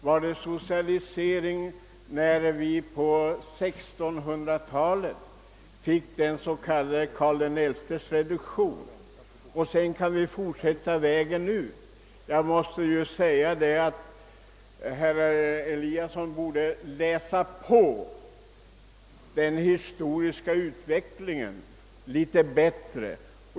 Var det socialisering när vi på 1600-talet fick Karl XI:s s.k. reduktion? Jag skulle kunna fortsätta uppräkningen. Herr Eliasson i Moholm borde studera den historiska utvecklingen.